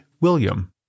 William